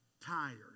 tired